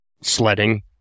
sledding